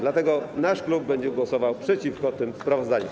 Dlatego nasz klub będzie głosował przeciwko tym sprawozdaniom.